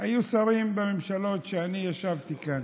היו שרים בממשלות כשאני ישבתי כאן.